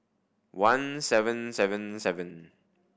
one seven seven seven